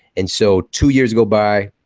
and so two years go by.